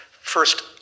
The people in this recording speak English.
first